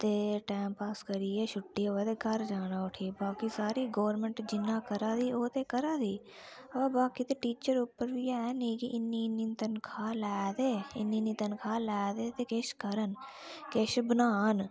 ते time pass करियै छुट्टी होऐ ते घर जाना उठी बाकि सारी गोरमैंट जिन्ना करा दी ओह् ते करा दी हां बा बाकि ते टीचर उप्पर बी है निं कि इन्नी इन्नी तनखाह् लै दे इन्नी इन्नी तनखा लै दे ते किश करन किश बनान